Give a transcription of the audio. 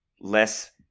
less